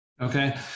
Okay